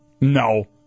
No